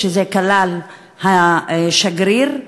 זה כלל את השגריר,